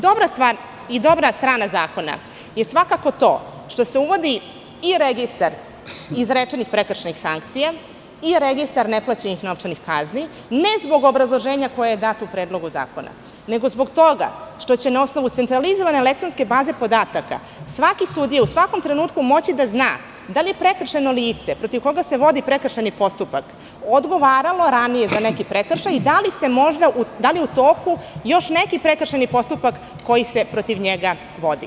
Dobra stvar i dobra strana zakona je svakako to što se uvodi i registar izrečenih prekršajnih sankcija i registar neplaćenih novčanih kazni, ne zbog obrazloženja koje je dato u Predlogu zakona, nego zbog toga što će na osnovu centralizovane elektronske baze podataka svaki sudija u svakom trenutku moći da zna da li je prekršajno lice protiv koga se vodi prekršajni postupak odgovaralo ranije za neki prekršaj i da li je u toku još neki prekršajni postupak koji se protiv njega vodi.